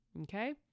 Okay